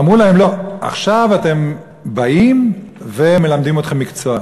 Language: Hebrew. אמרו להם: לא, עכשיו אתם באים ומלמדים אתכם מקצוע.